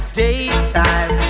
daytime